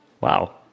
wow